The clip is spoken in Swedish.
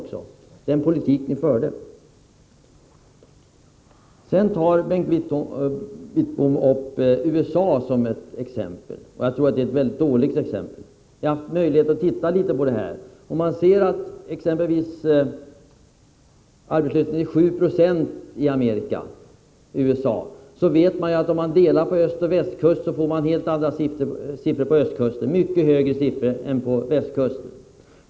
Bengt Wittbom anför USA som ett exempel i detta sammanhang. Det är ett mycket dåligt exempel. Jag har haft möjlighet att studera förhållandena där. Arbetslösheten är 7 96 i USA, men om man ser på hur det är på östkusten resp. på västkusten finner man att siffrorna är mycket högre på östkusten än på västkusten.